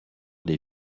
des